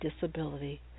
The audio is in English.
disability